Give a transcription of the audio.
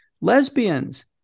lesbians